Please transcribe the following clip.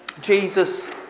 Jesus